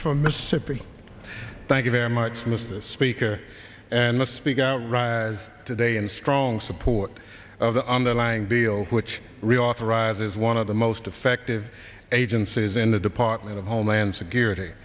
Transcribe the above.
from mississippi thank you very much mr speaker and must speak out rise today in strong support of the underlying bill which reauthorize is one of the most effective agencies in the department of homeland security